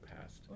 past